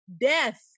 Death